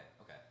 okay